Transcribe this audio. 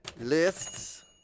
lists